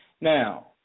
Now